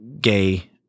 gay